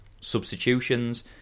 Substitutions